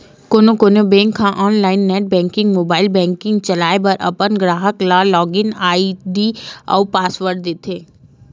कोनो कोनो बेंक ह online net banking, mobile banking चलाए बर अपन गराहक ल लॉगिन आईडी अउ पासवर्ड देथे